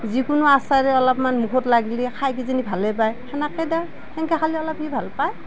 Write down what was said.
যিকোনো আচাৰে অলপমান মুখত লাগিলে খায় কিজানি ভালেই পায় সেনেকেই দেওঁ সেনেকা খালে সি অলপ ভাল পায়